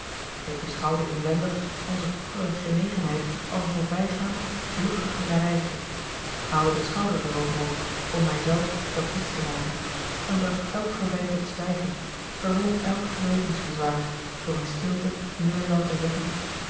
ik beschouwde inwendig onze vroegere genegenheid als een voorbijgaand vluchtig minnarijtje haalde de schouders erover op om mij zelf dat diets te maken en bracht elk verwijt tot zwijgen verwon elk gewetensbezwaar door in stilte nu en dan te zeggen